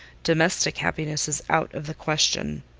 domestic happiness is out of the question.